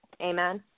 Amen